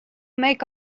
make